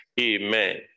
Amen